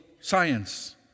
science